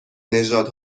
نژاد